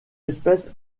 espèce